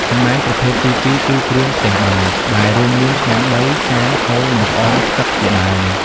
ចំណែកប្រភេទទីពីរគឺ គ្រឿងផ្ទះបាយ ដែលរួមមាន ឆ្នាំងដី ចាន ថូ និងក្អមទឹកជាដើម។